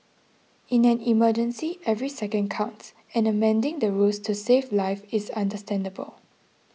in an emergency every second counts and amending the rules to save lives is understandable